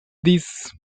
these